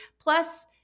Plus